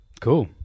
Cool